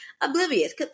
Oblivious